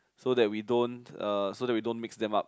so that we don't uh so that we don't mix them up